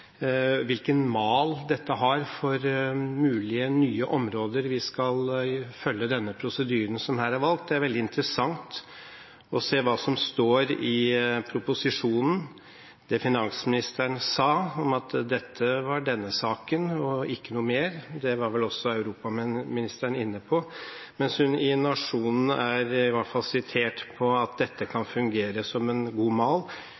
hvilken mal dette gir for mulige nye områder vi skal følge denne prosedyren som her er valgt, på. Det er veldig interessant å se hva som står i proposisjonen. Finansministeren sa at dette gjaldt denne saken og ikke noe mer, og det var vel også europaministeren inne på, mens hun i Nationen i hvert fall er sitert på at dette kan fungere som en god mal,